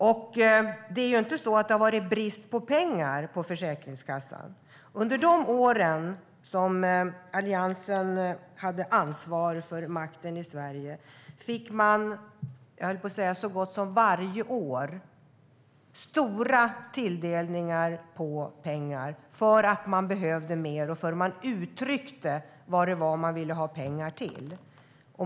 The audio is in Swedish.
Och det är inte så att det har rått brist på pengar hos Försäkringskassan. Under de år då Alliansen hade makten i Sverige fick man - så gott som varje år, höll jag på att säga - stora tilldelningar av pengar för att man behövde mer och uttryckte vad det var man ville ha pengar till.